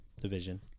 division